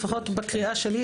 לפחות בקריאה שלי,